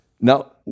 now